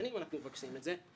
שנים אנחנו מבקשים את זה,